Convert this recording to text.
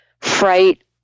fright